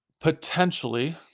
Potentially